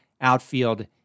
outfield